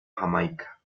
jamaica